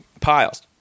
piles